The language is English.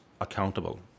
accountable